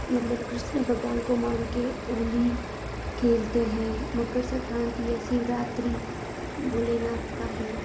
मतलब कृष्ण भगवान को मान के होली खेलते हैं मकर सक्रांति है शिवरात्रि भोलेनाथ का है